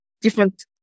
different